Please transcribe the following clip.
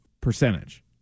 percentage